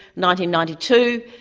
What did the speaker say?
ninety ninety two,